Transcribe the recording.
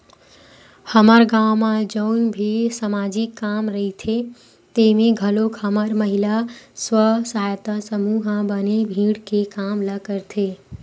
हमर गाँव म जउन भी समाजिक काम रहिथे तेमे घलोक हमर महिला स्व सहायता समूह ह बने भीड़ के काम ल करथे